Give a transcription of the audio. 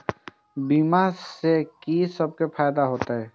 बीमा से की सब फायदा होते?